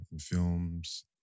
films